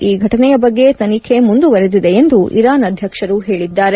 ಈ ಘಟನೆಯ ಬಗ್ಗೆ ತನಿಖೆ ಮುಂದುವರೆದಿದೆ ಎಂದು ಇರಾನ್ ಅಧ್ಯಕ್ಷರು ಹೇಳಿದ್ದಾರೆ